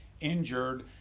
injured